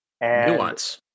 Nuance